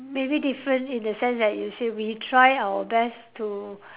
maybe different in the sense that you say we try our best to